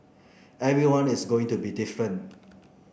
everyone is going to be different